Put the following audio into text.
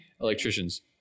electricians